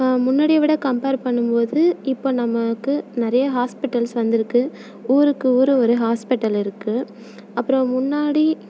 முன்னாடிய விட கம்பேர் பண்ணும் போது இப்போ நமக்கு நிறைய ஹாஸ்பிட்டல்ஸ் வந்துருக்கு ஊருக்கு ஊர் ஒரு ஹாஸ்பிட்டல் இருக்குது அப்புறோம் முன்னாடி